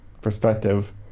perspective